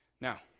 Now